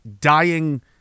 dying